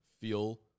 feel